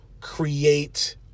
create